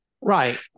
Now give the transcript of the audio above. Right